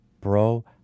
bro